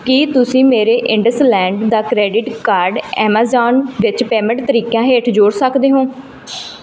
ਕੀ ਤੁਸੀਂਂ ਮੇਰੇ ਇੰਡਸਲੈਂਡ ਦਾ ਕਰੇਡਿਟ ਕਾਰਡ ਐਮਾਜ਼ਾਨ ਵਿੱਚ ਪੇਮੈਂਟ ਤਰੀਕਿਆਂ ਹੇਠ ਜੋੜ ਸਕਦੇ ਹੋ